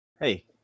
Hey